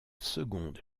seconde